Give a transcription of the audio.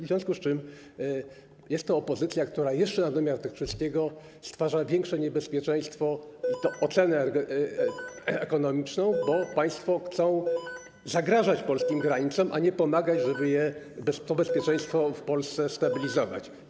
W związku z tym jest to opozycja, która jeszcze na domiar tego wszystkiego stwarza większe niebezpieczeństwo, bo państwo chcą zagrażać polskim granicom, a nie pomagać, żeby to bezpieczeństwo w Polsce stabilizować.